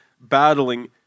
battling